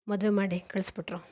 ಮದುವೆ ಮಾಡಿ ಕಳ್ಸಿಬಿಟ್ಟರು